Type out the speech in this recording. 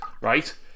Right